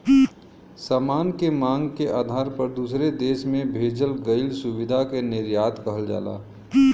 सामान के मांग के आधार पर दूसरे देश में भेजल गइल सुविधा के निर्यात कहल जाला